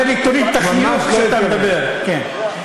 הוא אומר לי "תוריד את החיוך כשאתה מדבר", כן.